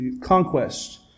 conquest